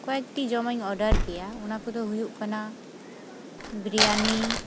ᱠᱚᱭᱮᱠᱴᱤ ᱡᱚᱢᱟᱜ ᱤᱧ ᱚᱰᱟᱨ ᱠᱮᱭᱟ ᱚᱱᱟ ᱠᱚᱫᱚ ᱦᱩᱭᱩᱜ ᱠᱟᱱᱟ ᱵᱤᱨᱤᱭᱟᱱᱤ